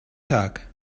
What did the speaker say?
tag